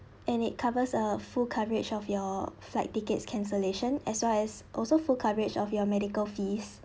and it covers a full coverage of your flight tickets cancellation as well as also full coverage of your medical fees